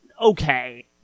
okay